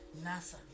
NASA